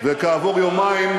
וכעבור יומיים,